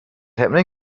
happening